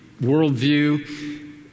worldview